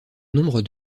nombre